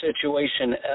situation